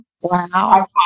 Wow